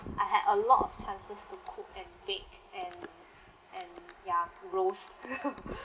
I had a lot of chances to cook and bake and and ya roast